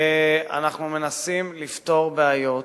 אנחנו מנסים לפתור בעיות